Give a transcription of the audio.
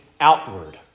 outward